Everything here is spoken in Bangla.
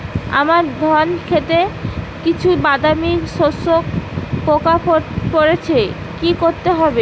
আমার ধন খেতে কিছু বাদামী শোষক পোকা পড়েছে কি করতে হবে?